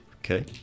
Okay